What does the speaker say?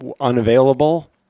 unavailable